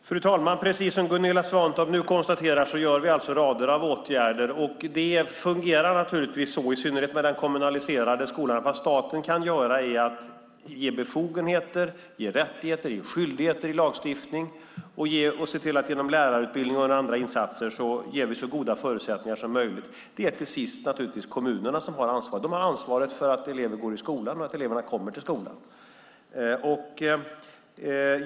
Fru talman! Precis som Gunilla Svantorp konstaterar vidtar vi rader av åtgärder. Det fungerar så, i synnerhet med den kommunaliserade skolan, att det staten kan göra är att via lagstiftning ge befogenheter, rättigheter, skyldigheter. Genom lärarutbildning och andra insatser skapar vi så goda förutsättningar som möjligt. Till sist är det dock kommunerna som har ansvaret. De har ansvaret för att eleverna går i skolan och att de kommer till skolan.